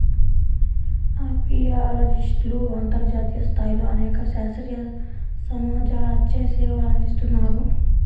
అపియాలజిస్ట్లు అంతర్జాతీయ స్థాయిలో అనేక శాస్త్రీయ సమాజాలచే సేవలందిస్తున్నారు